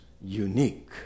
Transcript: unique